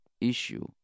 issue